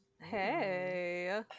Hey